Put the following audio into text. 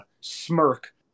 smirk